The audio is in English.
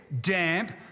damp